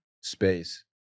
space